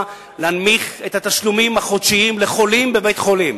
להפחית את התשלומים החודשיים לחולים בבית-חולים,